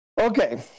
okay